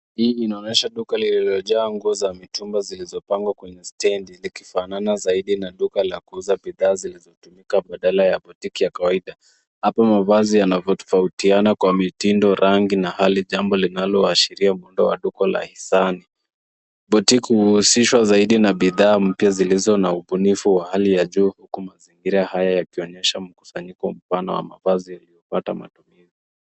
Hii inaonyesha duka lililojaa nguo za mitumba zilizopangwa kwenye stendi likifanana zaidi na duka la kuuza bidhaa zilizotumika baadala ya boutique ya kawaida. Hapa mavazi yanavotofautiana kwa mitindo, rangi na hali jambo linaloashiria muundo wa duka la hisani. Boutique huhusishwa zaidi na bidhaa mpya zilizo na ubunifu wa hali ya juu, huku mazingira haya yakionyesha mkusanyiko mpana wa mavazi yaliyopata matumizi.